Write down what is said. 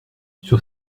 sur